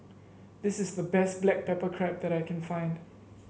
this is the best Black Pepper Crab that I can find